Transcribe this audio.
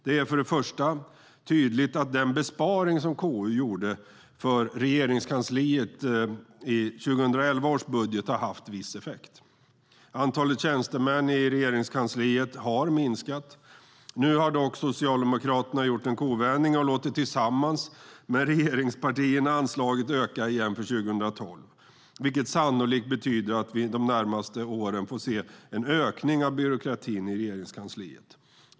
Det är för det första tydligt att den besparing som KU gjorde för Regeringskansliet i 2011 års budget har haft viss effekt. Antalet tjänstemän i Regeringskansliet har minskat. Nu har dock Socialdemokraterna gjort en kovändning och låter tillsammans med regeringspartierna anslaget öka för 2012, vilket sannolikt betyder att vi de närmaste åren får se en ökning av byråkratin i Regeringskansliet.